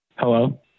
Hello